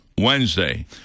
Wednesday